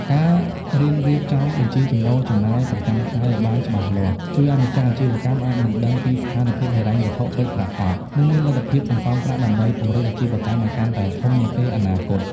ការរៀនរៀបចំបញ្ជីចំណូលចំណាយប្រចាំថ្ងៃឱ្យបានច្បាស់លាស់ ជួយឱ្យម្ចាស់អាជីវកម្មអាចដឹងពីស្ថានភាពហិរញ្ញវត្ថុពិតប្រាកដ និងមានលទ្ធភាពសន្សំប្រាក់ដើម្បីពង្រីកអាជីវកម្មឱ្យកាន់តែធំនាពេលអនាគត។